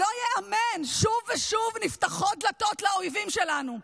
לא ייאמן, שוב ושוב נפתחות דלתות לאויבים שלנו.